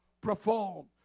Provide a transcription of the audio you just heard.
Perform